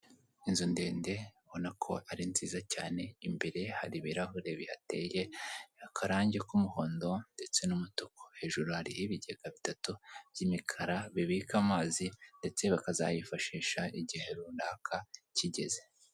Inzu ndende ibona ko ari nziza cyane, imbere hari ibirahure bihateye akarangi k'umuhondo ndetse n'umutuku, hejuru hari ibigega bitatu by'imikara bibika amazi ndetse bakazayifashisha igihe runaka kigeze.